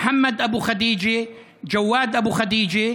מוחמד אבו חדיג'ה וג'ואד אבו חדיג'ה,